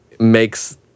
makes